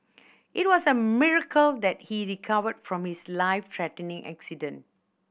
it was a miracle that he recovered from his life threatening accident